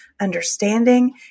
understanding